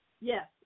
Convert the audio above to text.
yes